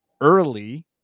early